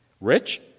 rich